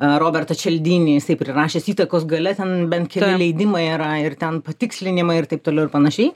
robertą čeldinį jisai prirašęs įtakos galia ten bent keli leidimai yra ir ten patikslinimai ir taip toliau ir panašiai